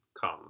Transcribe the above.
come